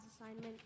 assignment